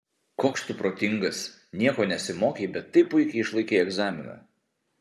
koks tu protingas nieko nesimokei bet taip puikiai išlaikei egzaminą